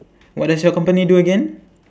what does your company do again